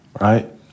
right